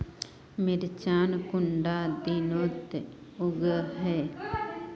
मिर्चान कुंडा दिनोत उगैहे?